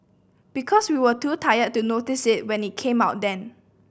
because we were too tired to notice it when it came out then